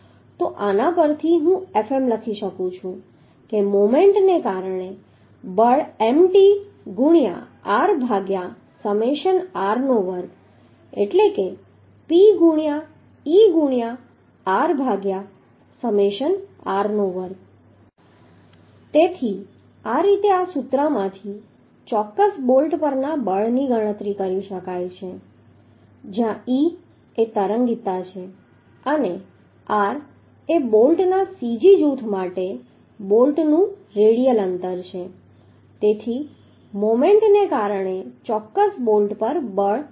તો આના પરથી હું Fm લખી શકું છું કે મોમેન્ટને કારણે બળ Mt ગુણ્યાં r ભાગ્યા સમેશન r નો વર્ગ એટલે કે P ગુણ્યાં e ગુણ્યાં r ભાગ્યા સમેશન r નો વર્ગ તેથી આ રીતે આ સૂત્રમાંથી ચોક્કસ બોલ્ટ પરના બળની ગણતરી કરી શકાય છે જ્યાં e એ તરંગીતા છે અને r એ બોલ્ટના cg જૂથ માટે બોલ્ટનું રેડિયલ અંતર છે તેથી મોમેન્ટને કારણે ચોક્કસ બોલ્ટ પર બળ Fm